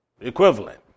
equivalent